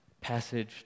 passage